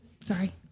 Sorry